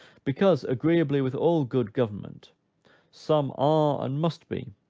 because, agreeably with all good government some are, and must be,